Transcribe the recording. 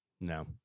No